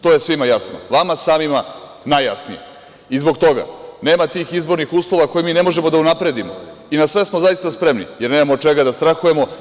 To je svima jasno, vama samima najjasnije i zbog toga nema tih izbornih uslova koje mi ne možemo da unapredimo i na sve smo zaista spremni, jer nemamo od čega da strahujemo.